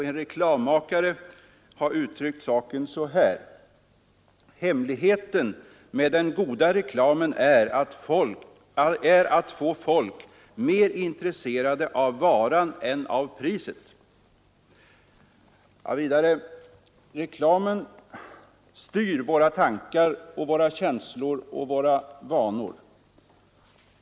En reklammakare har uttryckt saken så här: ”Hemligheten med den goda reklamen är att få folk mer intresserade av varan än av priset.” Vidare: Reklamen styr våra tankar, våra känslor och våra vanor.